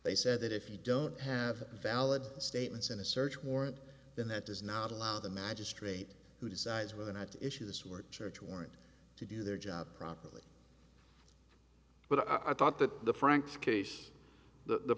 they said that if you don't have valid statements in a search warrant then that does not allow the magistrate who decides whether or not issues were church warrant to do their job properly but i thought that the franks case that the